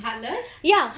heartless